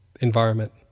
environment